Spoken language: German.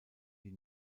die